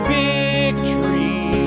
victory